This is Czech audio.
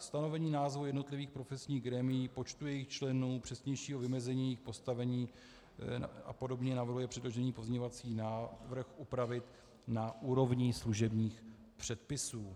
Stanovení názvu jednotlivých profesních grémií, počtu jejich členů, přesnějšího vymezení, postavení apod. navrhuje předložený pozměňovací návrh upravit na úrovni služebních předpisů.